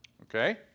Okay